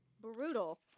Brutal